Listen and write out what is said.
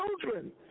children